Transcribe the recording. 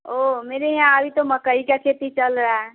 ओह मेरे यहाँ भी तो मक्कई की खेती चल रही है